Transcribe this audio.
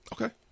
Okay